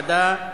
כהצעת הוועדה.